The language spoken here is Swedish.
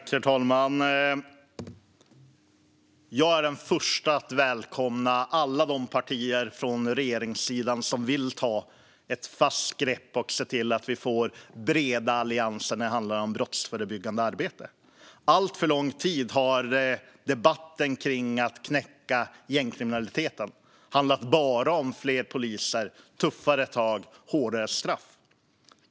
Herr talman! Jag är den förste att välkomna alla de partier från regeringssidan som vill ta ett fast grepp och se till att vi får breda allianser när det handlar om brottsförebyggande arbete. Alltför lång tid har debatten om att knäcka gängkriminaliteten handlat bara om fler poliser, tuffare tag och hårdare straff.